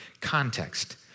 context